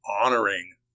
Honoring